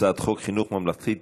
הצעת חוק חינוך ממלכתי (תיקון,